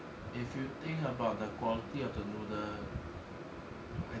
if you think about the quality of the noodle